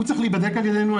הוא צריך להיבדק על ידנו.